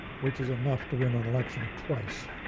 which is enough to win an election twice.